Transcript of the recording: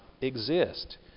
exist